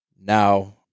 now